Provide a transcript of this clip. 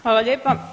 Hvala lijepa.